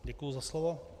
Děkuji za slovo.